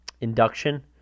induction